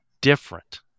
different